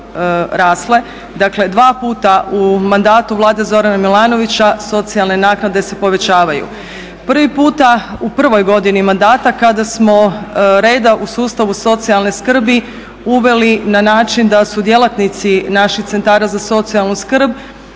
dakle dva puta u mandatu Vlade Zorana Milanovića socijalne naknade se povećavaju. Prvi puta u prvoj godini mandata kada smo reda u sustavu socijalne skrbi uveli na način da su djelatnici naših centara za socijalnu skrb